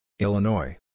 Illinois